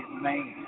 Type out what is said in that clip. man